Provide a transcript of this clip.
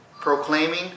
proclaiming